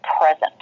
present